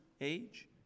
age